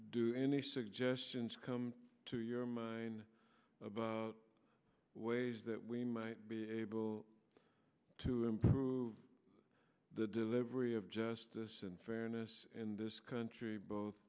do any suggestions come to your mind about ways that we might be able to improve the delivery of justice and fairness in this country both